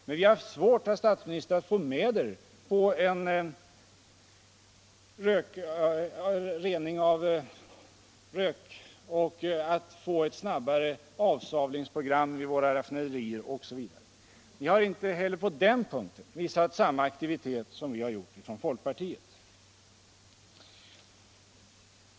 Men vi har haft svårt, herr statsminister, att få med er på rening av rök, krav på användning av lågsvavlig olja osv. Ni har inte heller på den punkten visat samma aktivitet som vi har gjort från folkpartiet.